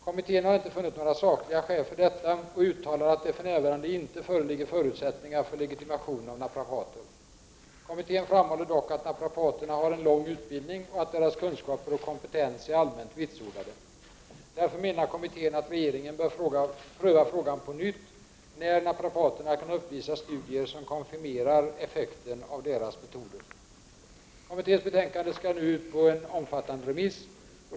Kommittén har inte funnit några sakliga skäl för detta och uttalar att det för närvarande inte föreligger förutsättningar för legitimation av naprapater. Kommittén framhåller dock att naprapaterna har en lång utbildning och att deras kunskaper och kompetens är allmänt vitsordade. Därför menar kom mittén att regeringen bör pröva frågan på nytt när naprapaterna kan uppvisa studier som konfirmerar effekten av deras metoder. Kommitténs betänkanden skall nu ut på en omfattande remiss.